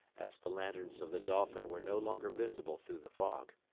as the lanterns of the dolphin were no longer visible through the fog.